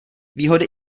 výhody